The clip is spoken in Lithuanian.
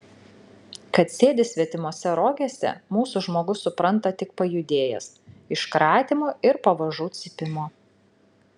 kad sėdi svetimose rogėse mūsų žmogus supranta tik pajudėjęs iš kratymo ir pavažų cypimo